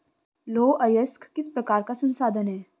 लौह अयस्क किस प्रकार का संसाधन है?